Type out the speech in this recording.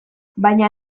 baina